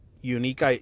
unique